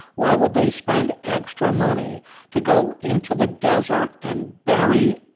why would they spend extra money to go into the desert and bury,